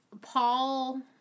Paul